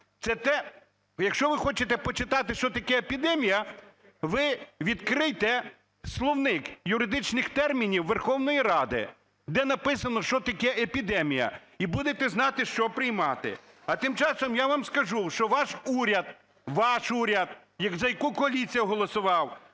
Якщо ви хочете почитати, що таке епідемія, ви відкрийте словник юридичних термінів Верховної Ради, де написано, що таке епідемія, і будете знати що приймати. А тим часом я вам скажу, що ваш уряд, ваш уряд, за який коаліція голосувала,